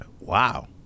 Wow